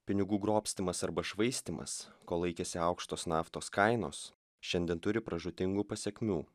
pinigų grobstymas arba švaistymas kol laikėsi aukštos naftos kainos šiandien turi pražūtingų pasekmių